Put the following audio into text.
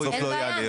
אין בעיה.